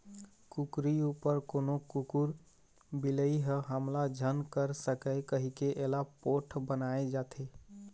कुकरी उपर कोनो कुकुर, बिलई ह हमला झन कर सकय कहिके एला पोठ बनाए जाथे